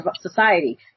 society